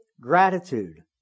gratitude